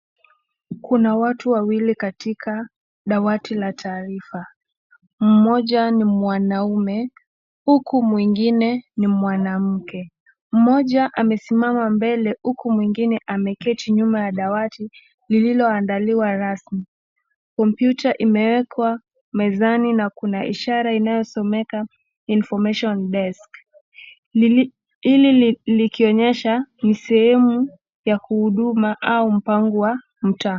Kuna watu wawili katika dawati la taarifa. Mmoja ni mwanaume huku mwingine ni mwanamke. Mmoja amesimama mbele huku mwingine ameketi nyuma ya dawati, lililoandaliwa rasmi. Kompyuta imewekwa mezani na kuna ishara inayosomeka [infomation desk]. Hili likionyesha ni sehemu ya kuhuduma au mpango wa mtaa.